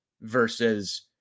versus